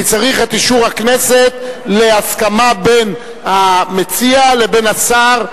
אני צריך את אישור הכנסת להסכמה בין המציע לבין השר.